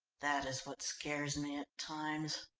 that is what scares me at times.